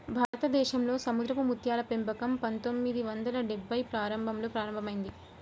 భారతదేశంలో సముద్రపు ముత్యాల పెంపకం పందొమ్మిది వందల డెభ్భైల్లో ప్రారంభంలో ప్రారంభమైంది